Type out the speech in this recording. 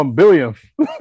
billionth